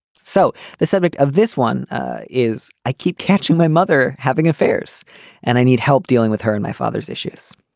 so the subject of this one is i keep catching my mother having affairs and i need help dealing with her and my father's issues.